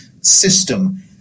system